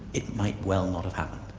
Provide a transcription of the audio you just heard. it might well not have happened.